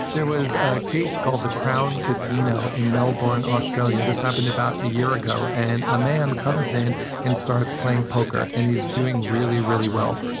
there was a case called the crown casino in melbourne, australia. this happened about a year ago. and a man comes in and starts playing poker, and he's doing really, really well.